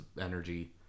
energy